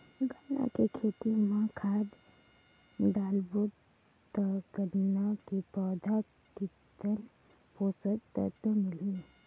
गन्ना के खेती मां खाद डालबो ता गन्ना के पौधा कितन पोषक तत्व मिलही?